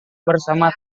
bersama